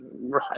Right